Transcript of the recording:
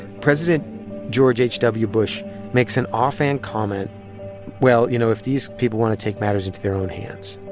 president george h w. bush makes an offhand comment well, you know, if these people want to take matters into their own hands.